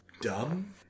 dumb